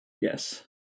Yes